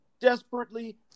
desperately